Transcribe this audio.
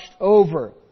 over